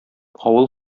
авыл